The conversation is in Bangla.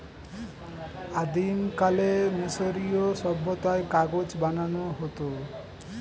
আদিমকালে মিশরীয় সভ্যতায় কাগজ বানানো হতো